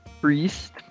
priest